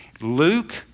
Luke